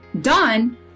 done